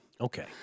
Okay